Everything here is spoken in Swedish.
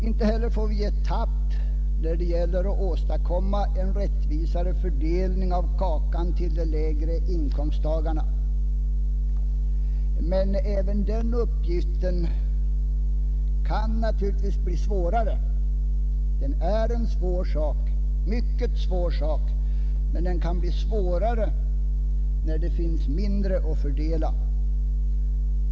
Inte heller får man ge tappt när det gäller att åstadkomma en rättvisare fördelning av kakan till de lägre inkomsttagarna. Denna uppgift är redan mycket svår, men den kan bli ännu svårare när det finns mindre att fördela.